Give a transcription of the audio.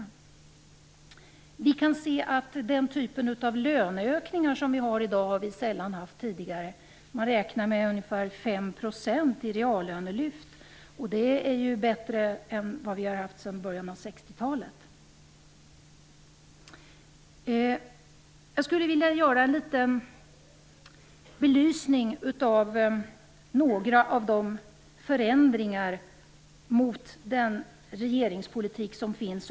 Det har sällan tidigare varit samma typ av löneökning som i dag. Man kan räkna med ungefär 5 % i reallönelyft, vilket är en ökning som vi inte har haft sedan 60-talet. Jag skulle vilja belysa några av de förändringar av regeringspolitiken som föreslås.